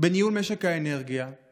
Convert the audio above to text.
בניהול משק האנרגיה?